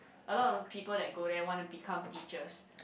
a lot of people that go there want to become teachers